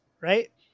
right